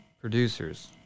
producers